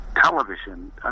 television